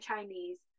Chinese